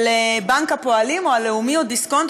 של בנק הפועלים או לאומי או דיסקונט,